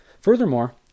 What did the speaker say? Furthermore